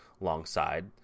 alongside